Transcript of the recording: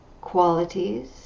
qualities